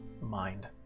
mind